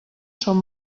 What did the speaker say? són